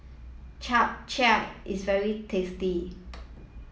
Chap Chai is very tasty